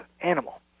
animal